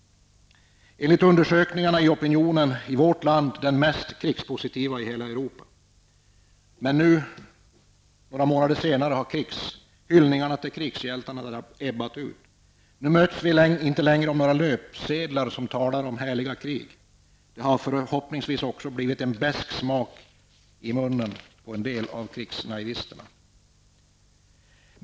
Enligt undersökningar var opinionen i vårt land den mest krigspositiva i hela Europa. Men nu, några månader senare, har hyllningarna till krigshjältarna ebbat ut. Nu möts vi inte längre av löpsedlar som talar om härliga krig. Det har förhoppningsvis också blivit en besk smak i munnen på en del av krigsnaivisterna.